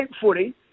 footy